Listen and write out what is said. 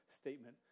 statement